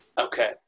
Okay